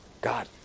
God